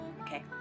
Okay